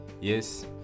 yes